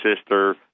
sister